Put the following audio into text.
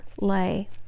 lay